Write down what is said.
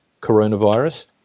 coronavirus